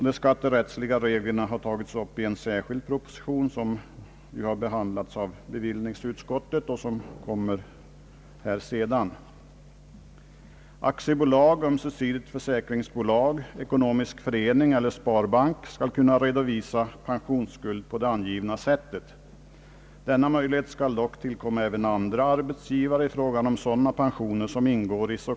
De skatterättsliga reglerna har tagits upp i en särskild proposition som har behandlats av bevillningsutskottet och som senare kommer att behandlas här. Aktiebolag, ömsesidigt försäkringsbolag, ekonomisk förening eller sparbank skall kunna redovisa pensionsskuld på det angivna sättet. Denna möjlighet skall även tillkomma andra arbetsgivare i fråga om sådana pensioner som ingår s,.